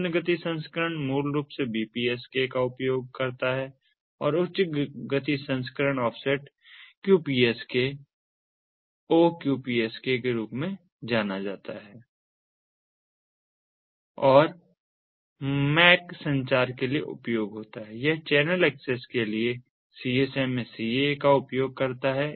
निम्न गति संस्करण मूल रूप से BPSK का उपयोग करता है और उच्च गति संस्करण ऑफसेट QPSK O QPSK के रूप में जाना जाता है और MAC संचार के लिए उपयोग करता है यह चैनल एक्सेस के लिए CSMA CA का उपयोग करता है